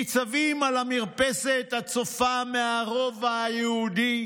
הם ניצבים על המרפסת הצופה מהרובע היהודי